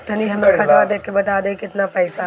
तनी हमर खतबा देख के बता दी की केतना पैसा बा?